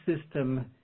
system